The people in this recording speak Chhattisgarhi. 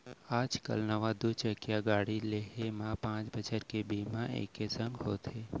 आज काल नवा दू चकिया गाड़ी लेहे म पॉंच बछर के बीमा एके संग होथे